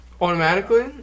Automatically